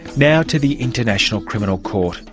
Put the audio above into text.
now to the international criminal court.